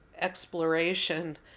exploration